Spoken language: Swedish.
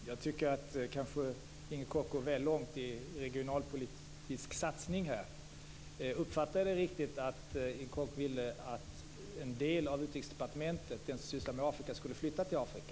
Fru talman! Jag tycker att Inger Koch går väl långt i regionalpolitisk satsning. Är det riktigt uppfattat att Inger Koch vill att en del av Utrikesdepartementet, den del som sysslar med Afrika, skall flyttas till Afrika?